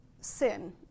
sin